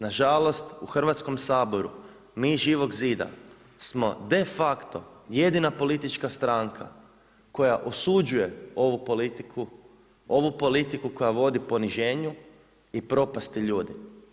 Nažalost, u Hrvatskom saboru, mi iz Živog zida smo de facto jedina politička stranka koja osuđuje ovu politiku, ovu politiku koja vodi poniženju i propasti ljudi.